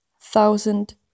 Thousand